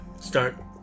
start